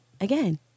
again